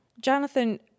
Jonathan